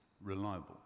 reliable